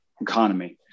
Economy